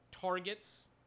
targets